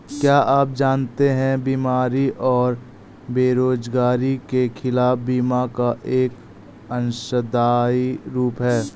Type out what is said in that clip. क्या आप जानते है बीमारी और बेरोजगारी के खिलाफ बीमा का एक अंशदायी रूप था?